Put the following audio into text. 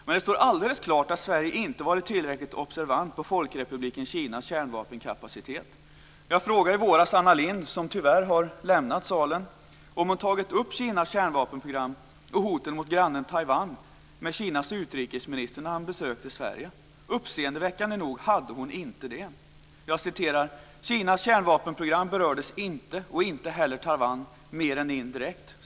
Men det står alldeles klart att Sverige inte har varit tillräckligt observant på Folkrepubliken Kinas kärnvapenkapacitet. Jag frågade i våras Anna Lindh, som tyvärr har lämnat salen, om hon hade tagit upp Kinas kärnvapenprogram och hoten mot grannen Taiwan med Kinas utrikesminister när han besökte Sverige. Uppseendeväckande nog hade hon inte det. Svaret blev: "Kinas kärnvapenprogram berördes inte, och inte heller Taiwan, mer än indirekt."